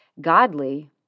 godly